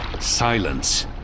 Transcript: silence